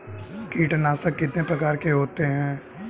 कीटनाशक कितने प्रकार के होते हैं?